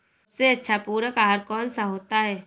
सबसे अच्छा पूरक आहार कौन सा होता है?